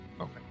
Okay